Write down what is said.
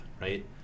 right